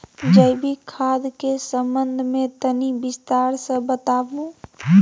जैविक खाद के संबंध मे तनि विस्तार स बताबू?